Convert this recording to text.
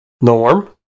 Norm